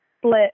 split